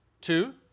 Two